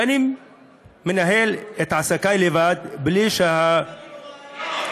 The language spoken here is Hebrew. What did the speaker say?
ואני מנהל את עסקי לבד, בלי, רעיונות.